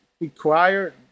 required